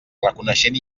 reconeixent